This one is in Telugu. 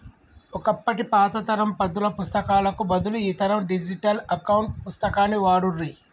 ఒకప్పటి పాత తరం పద్దుల పుస్తకాలకు బదులు ఈ తరం డిజిటల్ అకౌంట్ పుస్తకాన్ని వాడుర్రి